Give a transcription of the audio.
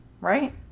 right